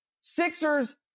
Sixers